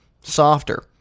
softer